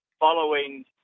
following